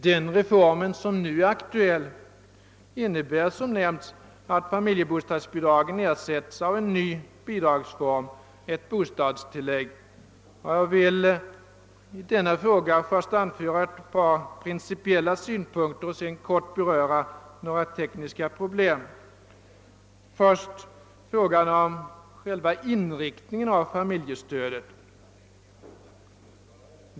Den reform som nu är aktuell innebär som nämnts att familjebostadsbidragen ersätts av en ny bidragsform, ett bostadstillägg. Jag vill i denna fråga först anföra några principiella synpunkter och sedan kort beröra ett par tekniska problem. Det gäller först själva inriktningen av familjestödet.